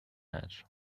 hedge